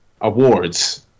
awards